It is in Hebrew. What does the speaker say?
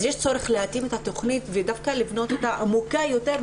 אז יש צורך להתאים את התוכנית ודווקא לבנות אותה עמוקה יותר,